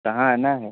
कहाँ आना है